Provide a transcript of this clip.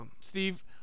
Steve